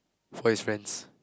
for his friends